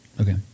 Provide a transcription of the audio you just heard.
okay